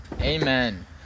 Amen